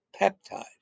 peptide